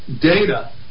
data